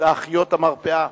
ואחיות המרפאה,